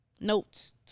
notes